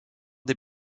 des